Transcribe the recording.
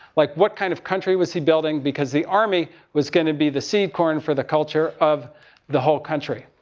like, what kind of country was he building? because the army was going to be the seed corn for the culture of the whole country.